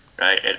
right